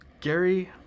Gary